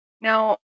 Now